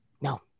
No